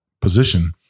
position